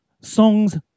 songs